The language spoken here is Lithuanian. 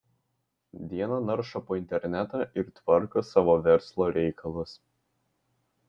dieną naršo po internetą ir tvarko savo verslo reikalus